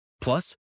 Plus